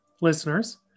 listeners